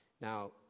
Now